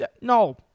No